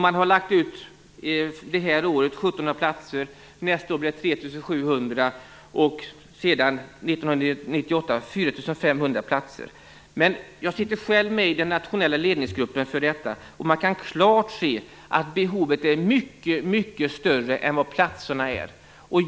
Man lägger ut 1 700 platser detta år, 3 700 Jag sitter själv med i den nationella ledningsgruppen för detta, och man kan klart se att behovet är mycket större än antalet platser.